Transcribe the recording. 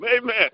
amen